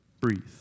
Breathe